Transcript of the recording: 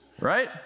Right